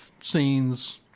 scenes